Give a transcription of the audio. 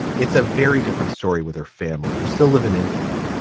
it's a very different story with her family who still live in india.